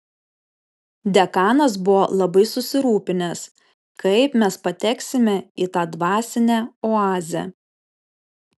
dekanas buvo labai susirūpinęs kaip mes pateksime į tą dvasinę oazę